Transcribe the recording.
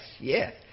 yes